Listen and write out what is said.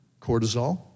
Cortisol